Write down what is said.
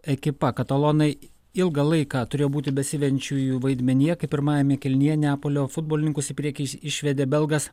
ekipa katalonai ilgą laiką turėjo būti besivejančiųjų vaidmenyje kai pirmajame kėlinyje neapolio futbolininkus į priekį išvedė belgas